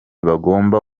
bagomba